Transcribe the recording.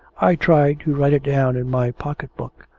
i tried to write it down in my pocket-book,